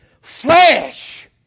flesh